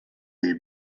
des